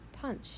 punch